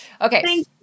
okay